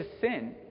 sin